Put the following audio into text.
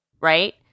right